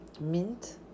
Mint